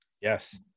yes